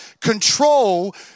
control